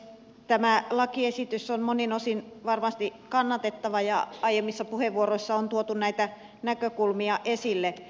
tämä lakiesitys on monin osin varmasti kannatettava ja aiemmissa puheenvuoroissa on tuotu näitä näkökulmia esille